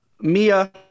Mia